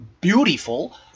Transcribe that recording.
beautiful